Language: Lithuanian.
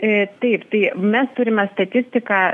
taip tai mes turime statistiką